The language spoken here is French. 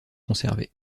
conservées